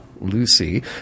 Lucy